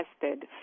tested